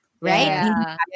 right